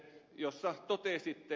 te totesitte